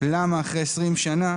למה אחרי 20 שנה,